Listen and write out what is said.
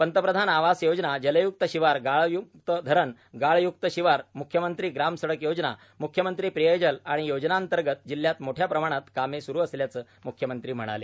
पंतप्रधान आवास योजना जलय्क्त शिवार गाळमुक्त धरण गाळयुक्त शिवार मुख्यमंत्री ग्रामसडक योजना मुख्यमंत्री पेयजल आदी योजनांतर्गत जिल्ह्यात मोठ्या प्रमाणात कामे स्रू असल्याचं म्ख्यमंत्री म्हणाले